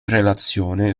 relazione